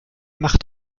macht